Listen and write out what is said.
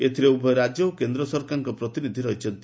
ଏଥିରେ ଉଭୟ ରାଜ୍ୟ ଓ କେନ୍ଦ୍ର ସରକାରଙ୍କ ପ୍ରତିନିଧି ରହିଛନ୍ତି